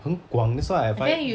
很广 that's why I find it